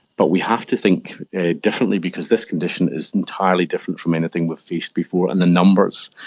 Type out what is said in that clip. but we have to think differently because this condition is entirely different from anything we've faced before, and the numbers,